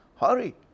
hurry